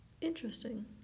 Interesting